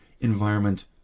environment